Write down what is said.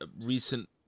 recent